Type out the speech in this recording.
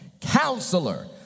Counselor